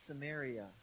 Samaria